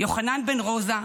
יוחנן בן רוזה,